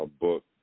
book